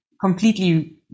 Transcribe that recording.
completely